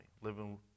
living